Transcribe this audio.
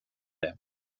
det